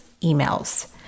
emails